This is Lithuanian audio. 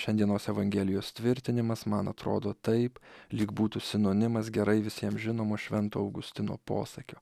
šiandienos evangelijos tvirtinimas man atrodo taip lyg būtų sinonimas gerai visiems žinomo švento augustino posakio